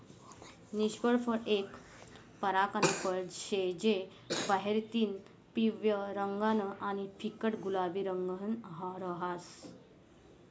निषिद्ध फळ एक परकारनं फळ शे जे बाहेरतीन पिवयं रंगनं आणि फिक्कट गुलाबी रंगनं रहास